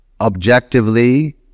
objectively